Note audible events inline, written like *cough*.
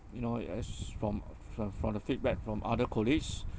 you know *noise* as from fro~ from the feedback from other colleagues *breath*